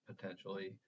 potentially